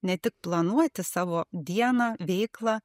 ne tik planuoti savo dieną veiklą